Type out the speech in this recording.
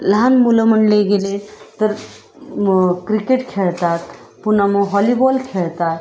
लहान मुलं म्हणले गेले तर क्रिकेट खेळतात पुन्हा म हॉलीबॉल खेळतात